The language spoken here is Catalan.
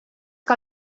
que